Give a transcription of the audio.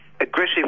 aggressive